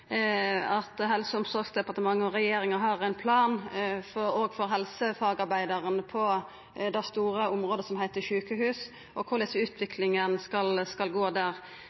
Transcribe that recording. Helse- og omsorgsdepartementet og regjeringa har ein plan òg for helsefagarbeidarane på det store området som heiter sjukehus, og for korleis utviklinga skal vera der.